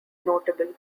notable